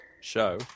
show